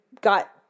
got